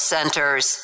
Centers